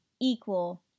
equal